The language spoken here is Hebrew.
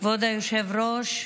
היושב-ראש,